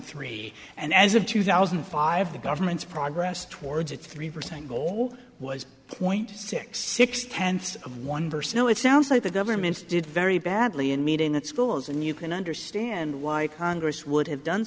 three and as of two thousand and five the government's progress towards a three percent goal was point six six tenths of one percent oh it sounds like the governments did very badly in meeting the schools and you can understand why congress would have done